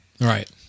Right